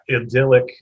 idyllic